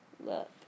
Look